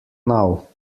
now